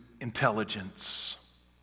intelligence